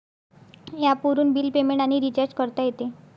ॲपवरून bill payment आणि recharge करता येते